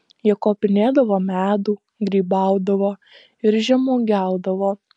jie kopinėdavo medų grybaudavo ir žemuogiaudavo